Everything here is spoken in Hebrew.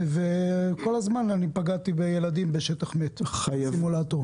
וכל הזמן פגעתי בילדים בשטח מת בסימולטור.